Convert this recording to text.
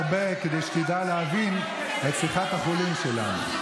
אתה תלמד הרבה כדי שתדע להבין את שיחת החולין שלנו.